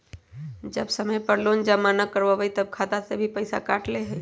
जब समय पर लोन जमा न करवई तब खाता में से पईसा काट लेहई?